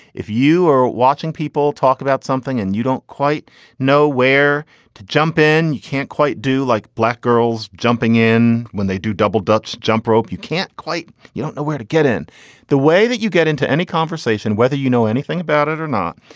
if you are watching people talk about something and you don't quite know where to jump in, you can't quite do like black girls jumping in when they do double dutch jump rope. you can't quite you don't know where to get in the way that you get into any conversation, whether you know anything about it or not.